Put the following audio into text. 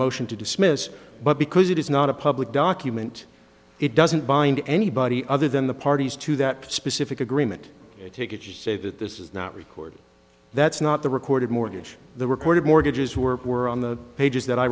motion to dismiss but because it is not a public document it doesn't bind anybody other than the parties to that specific agreement take it just say that this is not record that's not the recorded mortgage the record of mortgages were on the pages that i